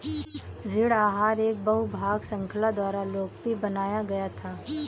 ऋण आहार एक बहु भाग श्रृंखला द्वारा लोकप्रिय बनाया गया था